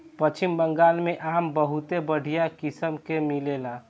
पश्चिम बंगाल में आम बहुते बढ़िया किसिम के मिलेला